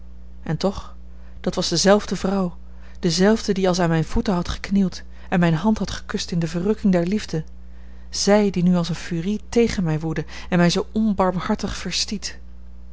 en toch dat was dezelfde vrouw dezelfde die als aan mijne voeten had geknield en mijne hand had gekust in de verrukking der liefde zij die nu als eene furie tegen mij woedde en mij zoo onbarmhartig verstiet